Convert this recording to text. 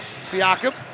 Siakam